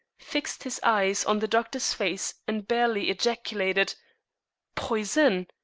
fixed his eyes on the doctor's face and barely ejaculated poison?